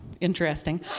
interesting